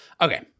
Okay